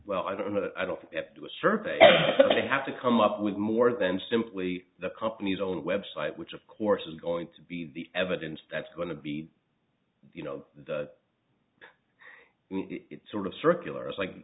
well i don't know that i don't do a survey they have to come up with more than simply the company's own web site which of course is going to be evidence that's going to be you know the it's sort of circular it's like